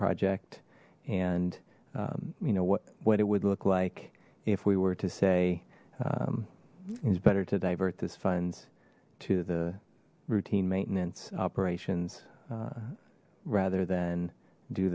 project and you know what what it would look like if we were to say is better to divert this funds to the routine maintenance operations rather than do